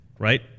right